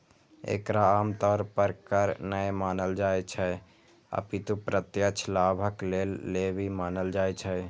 एकरा आम तौर पर कर नै मानल जाइ छै, अपितु प्रत्यक्ष लाभक लेल लेवी मानल जाइ छै